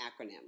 acronym